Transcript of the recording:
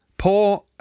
Poor